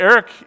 Eric